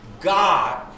God